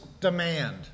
demand